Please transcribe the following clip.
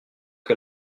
que